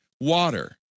water